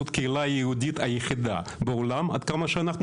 זאת קהילה יהודית היחידה בעולם עד כמה שאנחנו